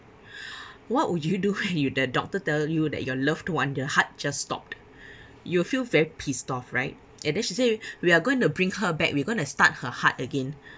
what would you do when you the doctor tell you that your loved one your heart just stopped you'll feel very pissed off right and then she say we are going to bring her back we're going to start her heart again